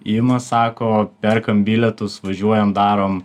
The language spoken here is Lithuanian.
ima sako perkam bilietus važiuojam darom